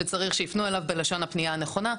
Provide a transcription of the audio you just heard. שצריך שיפנו אליו בלשון הפנייה הנכונה,